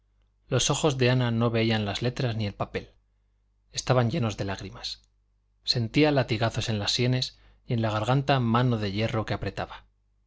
los ojos de ana no veían las letras ni el papel estaban llenos de lágrimas sentía latigazos en las sienes y en la garganta mano de hierro que apretaba